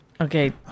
Okay